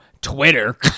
Twitter